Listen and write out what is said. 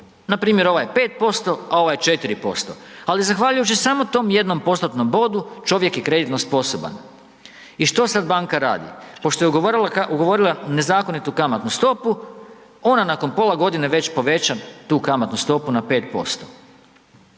Npr. ovaj je 5%, a ovaj je 4%, ali zahvaljujući samo tom jednom postotnom bodu, čovjek je kreditno sposoban. I što sad banka radi? Pošto je ugovorila nezakonitu kamatnu stopu, ona nakon pola godine već poveća tu kamatnu stopu na 5%.